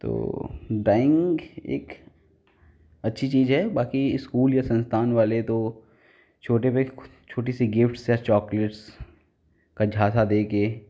तो डाइंग एक अच्छी चीज़ है बाकी इस्कूल या संस्थान वाले तो छोटे बेख छोटी सी गिफ्ट्स या चॉकलेट्स का झासा देकर